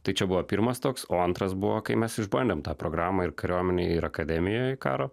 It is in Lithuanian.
tai čia buvo pirmas toks o antras buvo kai mes išbandėm tą programą ir kariuomenėj ir akademijoj karo